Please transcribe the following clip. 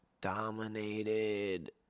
dominated